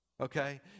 Okay